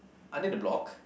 under the block